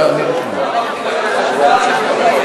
אני לא שומע.